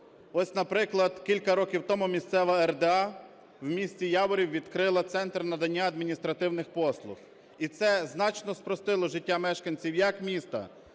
Ось, наприклад, кілька років тому місцева РДА в місті Яворів відкрила центр надання адміністративних послуг, і це значно спростило життя мешканців як міста,